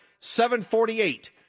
748